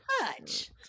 touch